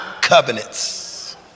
covenants